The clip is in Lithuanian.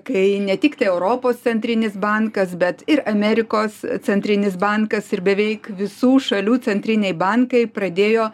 kai ne tiktai europos centrinis bankas bet ir amerikos centrinis bankas ir beveik visų šalių centriniai bankai pradėjo